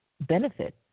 benefit